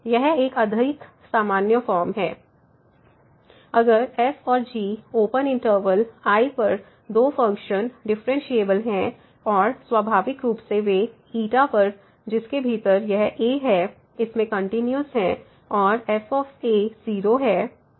यह एक अधिक सामान्य फॉर्म है अगर f और g ओपन इंटरवल I पर दो फ़ंक्शन डिफरेंशिएबल हैं और स्वाभाविक रूप से वे पर जिसके भीतर यहa है उसमें कंटिन्यूस है और f 0 है